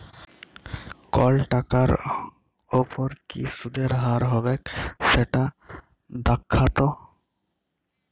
call টাকার উপর কি সুদের হার হবেক সেট দ্যাখাত